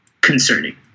concerning